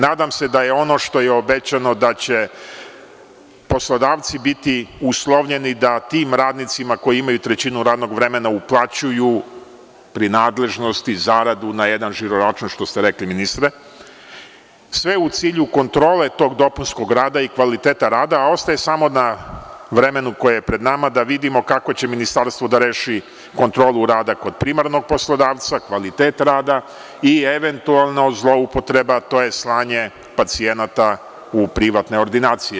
Nadam se da je ono što je obećano da će poslodavci biti uslovljeni da tim radnicima koji imaju trećinu radnog vremena uplaćuju prinadležnosti zaradu na jedan žiro račun, što ste rekli ministre, sve u cilju kontrole tog dopunskog rada i kvaliteta rada, a ostaje samo na vremenu koje je pred nama da vidimo kako će ministarstvo da reši kontrolu rada kod primarnog poslodavca, kvalitet rada i eventualno zloupotreba, to je slanje pacijenata u privatne ordinacije.